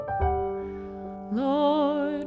Lord